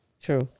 True